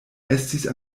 estis